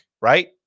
right